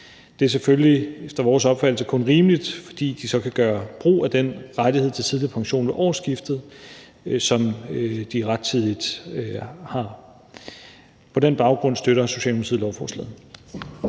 Det er selvfølgelig efter vores opfattelse kun rimeligt, fordi de så kan gøre brug af den rettighed til tidligere pension ved årsskiftet, som de har. På den baggrund støtter Socialdemokratiet lovforslaget.